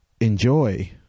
enjoy